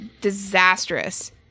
disastrous